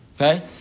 okay